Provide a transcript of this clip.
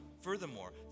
furthermore